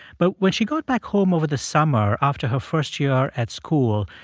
but when she got back home over the summer after her first year at school,